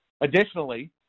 Additionally